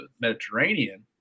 Mediterranean